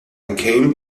came